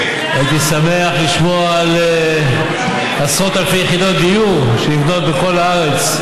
הייתי שמח לשמוע על עשרות אלפי יחידות דיור שנבנות בכל הארץ,